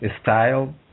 style